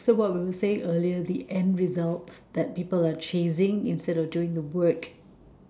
so what we will say earlier the end result that people are chasing instead of doing the work